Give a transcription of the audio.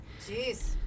Jeez